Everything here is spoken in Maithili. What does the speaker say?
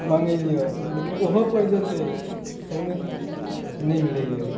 माँगैए लेकिन ओहो पर जे छै श्रमिक नहि मिलैए